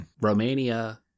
Romania